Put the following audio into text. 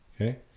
Okay